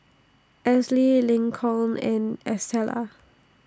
Elzy Lincoln and Estela